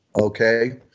okay